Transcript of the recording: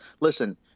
listen